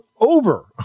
over